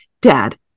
dad